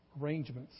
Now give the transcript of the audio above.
arrangements